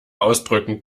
ausdrücken